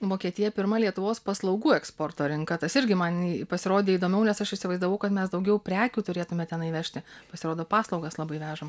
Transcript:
vokietija pirma lietuvos paslaugų eksporto rinka tas irgi man pasirodė įdomiau nes aš įsivaizdavau kad mes daugiau prekių turėtume tenai vežti pasirodo paslaugas labai vežam